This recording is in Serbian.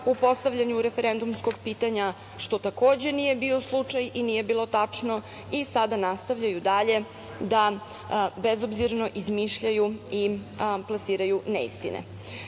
u postavljanju referendumskog pitanja, što takođe nije bio slučaj i nije bilo tačno i sada nastavljaju dalje da bezobzirno izmišljaju i plasiraju neistine.U